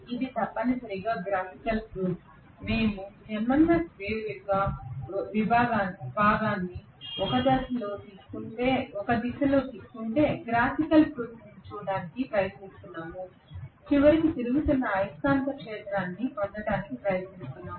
ఇది తప్పనిసరిగా graphical proof మేము MMF వేవ్ యొక్క భాగాన్ని ఒక దిశలో తీసుకుంటే గ్రాఫికల్ ప్రూఫ్ను చూడటానికి ప్రయత్నిస్తున్నాము చివరికి తిరుగుతున్న అయస్కాంత క్షేత్రాన్ని పొందడానికి ప్రయత్నిస్తున్నాం